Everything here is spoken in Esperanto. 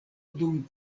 dum